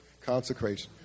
Consecration